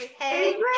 Hey